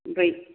ओमफ्राय